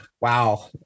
wow